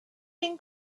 been